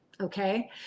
Okay